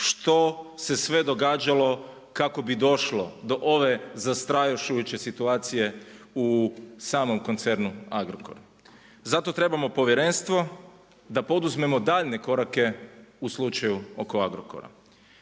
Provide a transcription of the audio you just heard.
što se sve događalo kako bi došlo do ove zastrašujuće situacije u samom koncernu Agrokora. Zato trebamo povjerenstvo da poduzmemo daljnje korake u slučaju oko Agrokora.